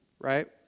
Right